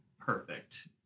perfect